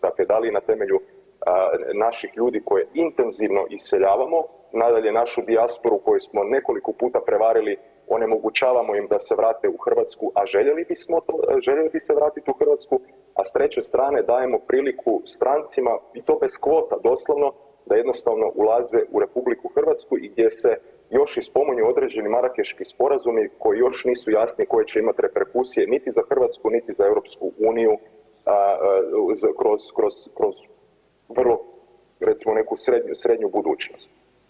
Dakle, da li na temelju naših ljudi koje intenzivno iseljavamo, nadalje našu dijasporu koju smo nekoliko puta prevarili, onemogućavamo im da se vrate u Hrvatsku, a željeli bismo, a željeli bi se vratit u Hrvatsku, a s treće strane dajemo priliku strancima i to bez kvota doslovno da jednostavno ulaze u RH i gdje se još i spominje određeni Marakeški sporazumi koji još nisu jasni koje će imat reperkusije niti za Hrvatsku niti za EU, a kroz, kroz, kroz prvo recimo neku srednju, srednju budućnost.